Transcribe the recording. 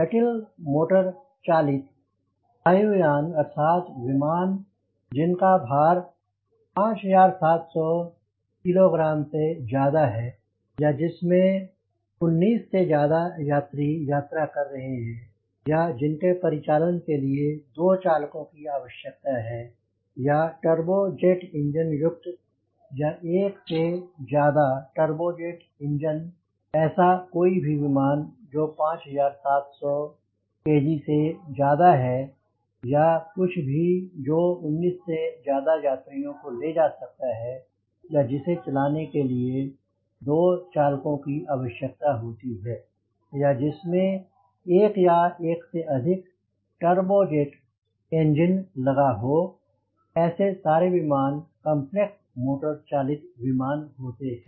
जटिल मोटर 40 बेईमान अर्थात विमान जिनका भार 5700 kg से ज्यादा है या जिसमें 19 से ज्यादा यात्री यात्रा कर रहे हैं या जिनके परिचालन के लिए दो चालकों की आवश्यकता है या टर्बो जेट इंजन युक्त या एक से ज्यादा टर्बोजेट इंजन स्वाभिमान ऐसा कोई भी विमान जो 5700 kg से ज्यादा है या कुछ भी जो 19 से ज्यादा यात्रियों को ले जा सकता है या जिसे चलाने के लिए दो चालकों की आवश्यकता होती है या जिसमें एक या एक से अधिक टर्बोजेट बेंजीन लगा हो ऐसे सारे विमान कंपलेक्स मोटर चालित विमान होते हैं